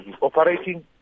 operating